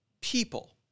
people